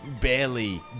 barely